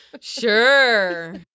Sure